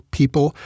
people